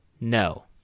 no